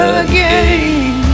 again